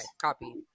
copy